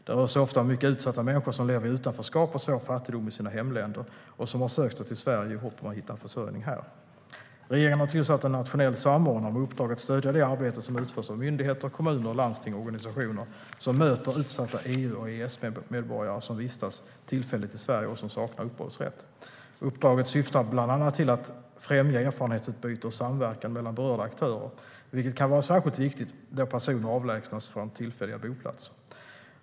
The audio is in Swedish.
Det rör sig ofta om mycket utsatta människor som lever i utanförskap och svår fattigdom i sina hemländer och som har sökt sig till Sverige i hopp om att hitta en försörjning här. Regeringen har tillsatt en nationell samordnare med uppdrag att stödja det arbete som utförs av myndigheter, kommuner, landsting och organisationer som möter utsatta EU och EES-medborgare som vistas tillfälligt i Sverige och som saknar uppehållsrätt. Uppdraget syftar bland annat till att främja erfarenhetsutbyte och samverkan mellan berörda aktörer, vilket kan vara särskilt viktigt då personer avlägsnas från tillfälliga boplatser.